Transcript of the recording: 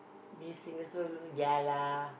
me sing a solo ya lah